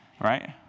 right